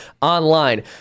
online